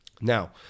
Now